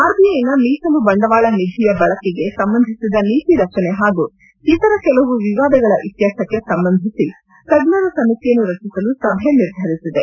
ಆರ್ಬಿಐನ ಮೀಸಲು ಬಂಡವಾಳ ನಿಧಿಯ ಬಳಕೆಗೆ ಸಂಬಂಧಿಸಿದ ನೀತಿ ರಚನೆ ಹಾಗೂ ಇತರ ಕೆಲವು ವಿವಾದಗಳ ಇತ್ಲರ್ಥಕ್ಕೆ ಸಂಬಂಧಿಸಿ ತಜ್ಞರ ಸಮಿತಿಯನ್ನು ರಚಿಸಲು ಸಭೆ ನಿರ್ಧರಿಸಿದೆ